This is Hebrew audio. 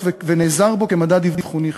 ונעזר בו כמדד אבחוני חשוב.